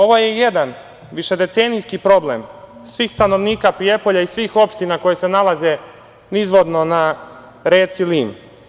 Ovo je jedan višedecenijski problem svih stanovnika Prijepolja i svih opština koje se nalaze nizvodno na reci Lim.